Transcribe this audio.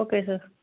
okay sir